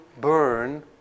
burn